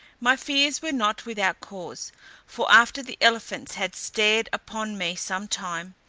my fears were not without cause for after the elephants had stared upon me some time,